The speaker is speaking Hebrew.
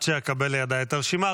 עד שאקבל לידיי את הרשימה,